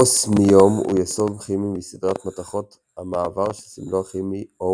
אוסמיום הוא יסוד כימי מסדרת מתכות המעבר שסמלו הכימי Os